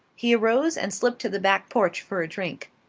he arose and slipped to the back porch for a drink.